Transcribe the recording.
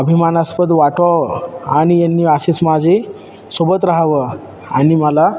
अभिमानास्पद वाटावं आणि यांनी अशीच माझी सोबत रहावं आणि मला